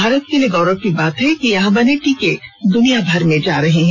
भारत के लिए गौरव की बात है कि यहां बने टीके दुनिया भर में जा रहे हैं